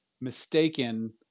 mistaken